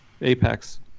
Apex